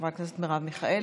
חברת הכנסת מרב מיכאלי.